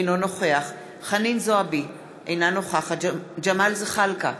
אינו נוכח חנין זועבי, אינה נוכחת ג'מאל זחאלקה,